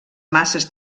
masses